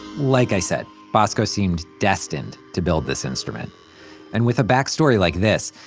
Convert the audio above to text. like i said, bosco seemed destined to build this instrument and with a backstory like this,